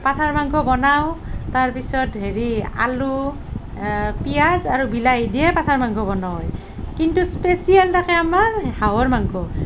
পাঠাৰ মাংস বনাওঁ তাৰ পিছত হেৰি আলু পিয়াঁজ আৰু বিলাহী দিয়ে পাঠাৰ মাংস বনোৱেই কিন্তু স্পেচিয়েল থাকে আমাৰ হাঁহৰ মাংস